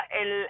el